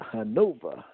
Hanover